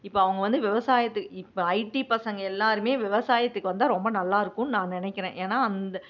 இப்போ அவங்க வந்து விவசாயத்துக்கு இப்போ ஐடி பசங்க எல்லாருமே விவசாயத்துக்கு வந்தால் ரொம்ப நல்லாயிருக்குன்னு நான் நினைக்கிறேன் ஏன்னால் அந்த